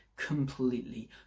completely